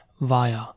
via